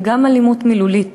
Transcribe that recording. וגם אלימות מילולית.